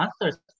answers